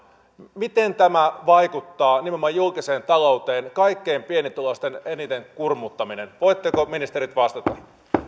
miten tämä vaikuttaa nimenomaan julkiseen talouteen kaikkein pienituloisimpien eniten kurmuuttaminen voitteko ministerit vastata